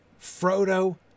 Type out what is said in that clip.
Frodo